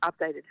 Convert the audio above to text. updated